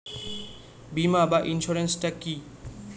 বিমা বা ইন্সুরেন্স টা কি?